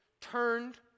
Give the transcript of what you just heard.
turned